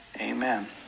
Amen